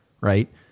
right